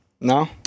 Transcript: No